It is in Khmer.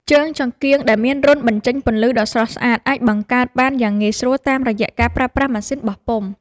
ជើងចង្កៀងដែលមានរន្ធបញ្ចេញពន្លឺដ៏ស្រស់ស្អាតអាចបង្កើតបានយ៉ាងងាយស្រួលតាមរយៈការប្រើប្រាស់ម៉ាស៊ីនបោះពុម្ព។